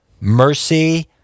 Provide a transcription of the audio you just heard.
mercy